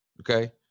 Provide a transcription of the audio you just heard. Okay